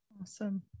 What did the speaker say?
Awesome